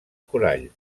corall